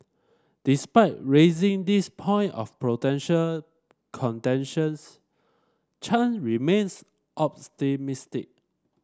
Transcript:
despite raising these point of potential contentions Chan remains